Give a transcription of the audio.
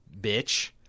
bitch